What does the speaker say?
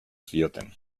zioten